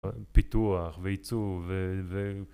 פיתוח ועיצוב ו.. ו..